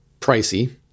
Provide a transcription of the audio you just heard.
pricey